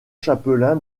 chapelain